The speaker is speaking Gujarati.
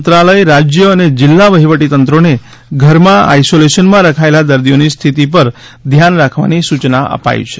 મંત્રાલય રાજ્ય અને જિલ્લા વફીવટીતંત્રોને ઘરમાં આઈસોલેશનમાં રખાયેલા દર્દીઓની સ્થિતિ ઉપર ધ્યાન રાખવાની સૂચના આપી છે